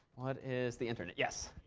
what is the internet? yes.